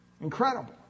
Incredible